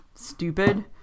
stupid